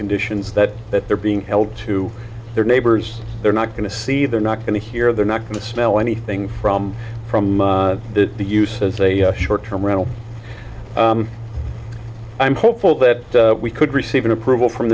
conditions that that they're being held to their neighbors they're not going to see they're not going to hear they're not going to smell anything from from the use as a short term rental i'm hopeful that we could receive an approval from